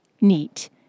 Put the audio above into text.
neat